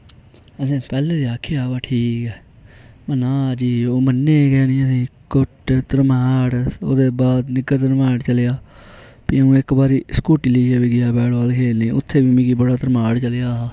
असैं पैह्लै गै आखेआ हा कि ठीक ऐ ना जी ओह् मन्ने गै नेईं घुट्ट तरमाड ओह्दै बाद निग्गर तरमाड चलेआ फ्ही इक सुकूटी लेईयै गेआ हा बैट बॉल खेलने गी उत्थैं बी मिगी बड़ा तरमाड़ चलेआ हा